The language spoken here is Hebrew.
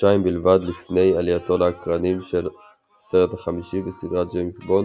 חודשיים בלבד לפני עלייתו לאקרנים של הסרט החמישי בסדרת ג'יימס בונד,